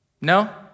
No